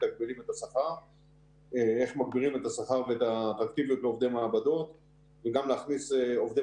מגבירים את השכר ואת האטרקטיביות לעובדי מעבדות וגם להכניס עובדי